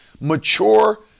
mature